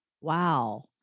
Wow